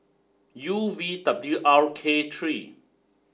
U V W R K three